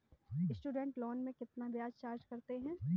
Student loan में कितना ब्याज चार्ज करते हैं?